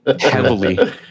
Heavily